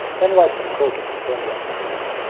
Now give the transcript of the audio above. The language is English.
then write some code to confirm your understanding.